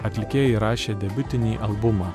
atlikėja įrašė debiutinį albumą